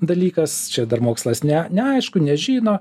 dalykas čia dar mokslas ne neaišku nežino